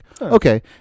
okay